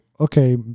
Okay